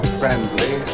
friendly